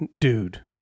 dude